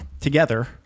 together